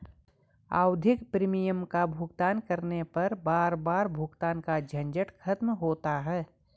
आवधिक प्रीमियम का भुगतान करने पर बार बार भुगतान का झंझट खत्म होता है